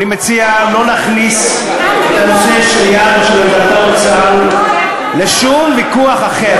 אני מציע לא להכניס את הנושא של אנדרטאות צה"ל לשום ויכוח אחר.